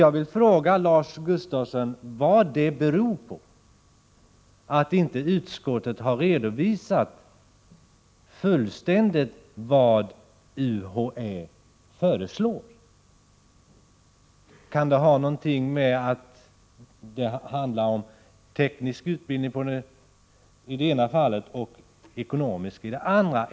Jag vill fråga Lars Gustafsson vad det beror på att utskottet inte har redovisat fullständigt vad UHÄ föreslår. Kan det ha någonting att göra med att det handlar om teknisk utbildning i ena fallet och ekonomisk i det andra?